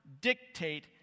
dictate